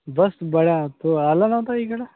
बस बड्या तू आला नव्हता इकडं